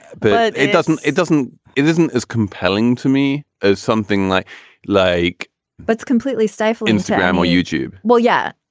but it doesn't it doesn't it isn't as compelling to me as something like like but it's completely safe instagram or youtube well, yeah,